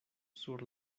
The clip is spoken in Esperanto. sur